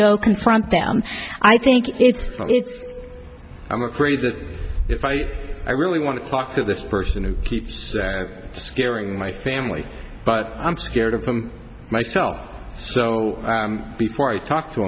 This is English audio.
confront them i think it's i'm afraid that if i i really want to talk to this person who keeps scaring my family but i'm scared of them myself so before i talk to